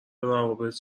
روابط